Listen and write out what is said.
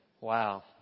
Wow